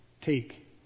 Take